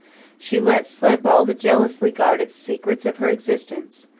she let slip all the jealously guarded secrets of her existence,